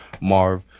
Marv